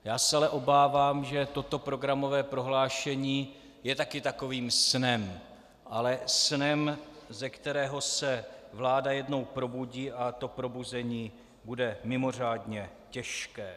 Já se ale obávám, že toto programové prohlášení je také takovým snem, ale snem, ze kterého se vláda jednou probudí, a to probuzení bude mimořádně těžké.